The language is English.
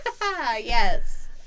Yes